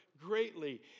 greatly